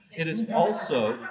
it is also